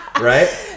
right